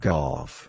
Golf